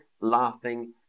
laughing